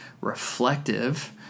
reflective